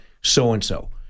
so-and-so